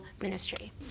ministry